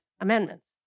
Amendments